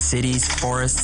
כמו שאמרת,